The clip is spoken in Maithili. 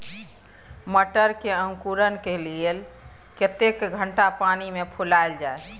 मटर के अंकुरण के लिए कतेक घंटा पानी मे फुलाईल जाय?